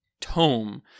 tome